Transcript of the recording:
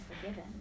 forgiven